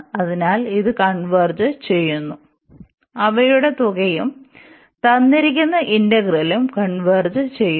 അതിനാൽ ഇത് കൺവെർജ് ചെയ്യുന്നു അവയുടെ തുകയും തന്നിരിക്കുന്ന ഇന്റഗ്രല്ലുo കൺവെർജ് ചെയ്യുന്നു